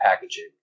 packaging